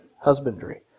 husbandry